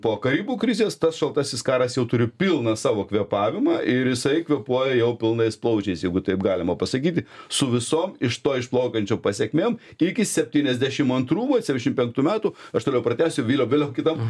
po karibų krizės tas šaltasis karas jau turi pilną savo kvėpavimą ir jisai kvėpuoja jau pilnais plaučiais jeigu taip galima pasakyti su visom iš to išplaukiančiom pasekmėm iki septyniasdešimt antrų vat septyniasdešimt penktų metų aš toliau pratęsiu vilio vilio kitam